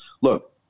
Look